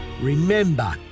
Remember